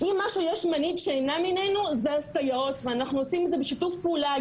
אם יש מנהיג שימנע ממנו זה הסייעות ואנחנו עושים את זה בשיתוף פעולה.